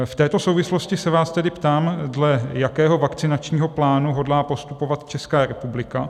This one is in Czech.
V této souvislosti se vás tedy ptám, dle jakého vakcinačního plánu hodlá postupovat Česká republika.